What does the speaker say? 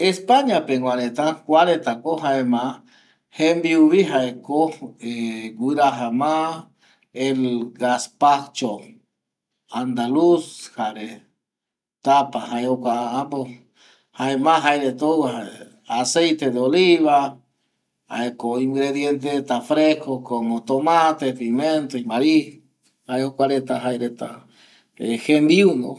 España pegua reta kua reta ko jembiuvi jaeko el gaspacho andaluz jae ma jaereta jouva, aceite de oliva jaeko ingrediente reta fresco como tomante, pimienta y maiz jae jokua reta jembiu.